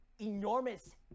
enormous